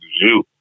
Zoo